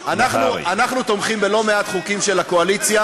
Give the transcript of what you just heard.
אנחנו תומכים בלא מעט חוקים של הקואליציה